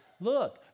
look